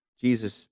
Jesus